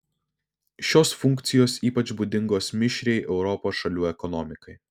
šios funkcijos ypač būdingos mišriai europos šalių ekonomikai